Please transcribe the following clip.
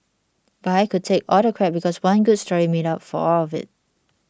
but I could take all the crap because one good story made up for all of it